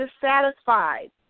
dissatisfied